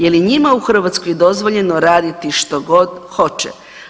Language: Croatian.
Je li njima u Hrvatskoj dozvoljeno raditi što god hoće?